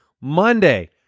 Monday